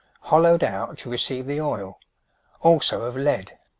hollowed out to receive the oil also of lead.